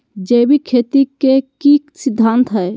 जैविक खेती के की सिद्धांत हैय?